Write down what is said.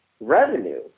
revenue